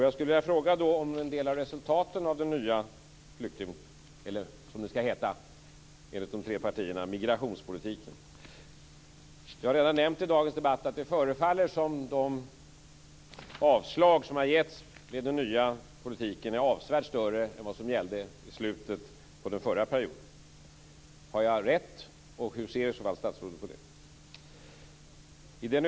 Jag skulle vilja fråga en del om resultaten av den nya migrationspolitiken, som det skall heta enligt de tre partierna. Vi har redan i dagens debatt nämnt att det förefaller som om de avslag som gjorts med den nya politiken är avsevärt större än vad som gällde i slutet av den förra perioden. Har jag rätt, och hur ser i så fall statsrådet på det?